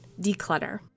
declutter